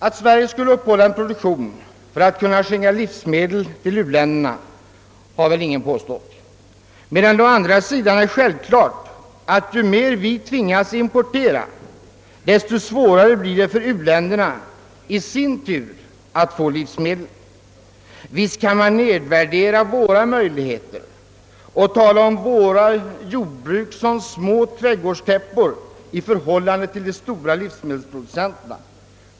Att Sverige skulle uppehålla en produktion för att kunna skicka livsmedel till u-länderna har väl ingen påstått, medan det å andra sidan är självklart att ju mer vi tvingas importera, desto svårare blir det för u-länderna att i sin tur få livsmedel. Visst kan man nedvärdera våra möjligheter och tala om vårt jordbruk som små trädgårdstäppor i förhållande till de stora livsmedelsproducenterna.